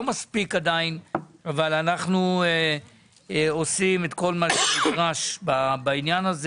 עדיין לא מספיק אבל אנחנו עושים את כל מה שנדרש בעניין הזה